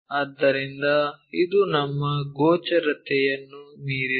ಆದ್ದರಿಂದ ಇದು ನಮ್ಮ ಗೋಚರತೆಯನ್ನು ಮೀರಿದೆ